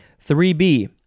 3B